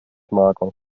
mager